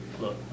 look